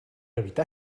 evitar